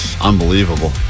Unbelievable